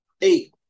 eight